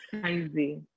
Crazy